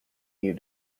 you